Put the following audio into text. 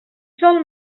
sol